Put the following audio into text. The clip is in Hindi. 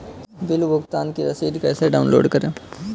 बिल भुगतान की रसीद कैसे डाउनलोड करें?